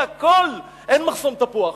אין מחסום תפוח,